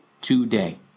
today